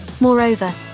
Moreover